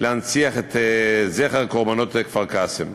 להנציח את זכר קורבנות כפר-קאסם.